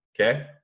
Okay